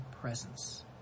presence